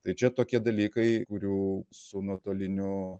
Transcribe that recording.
tai čia tokie dalykai kurių su nuotoliniu